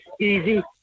easy